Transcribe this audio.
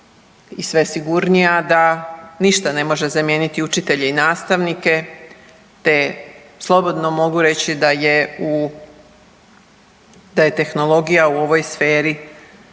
i sve sigurnija da ništa ne može zamijeniti učitelje i nastavnike te mogu slobodno mogu reći da je tehnologija u ovoj sferi